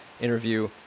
interview